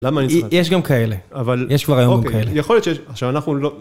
למה נצחק? יש גם כאלה, יש כבר היום כאלה.